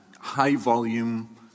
high-volume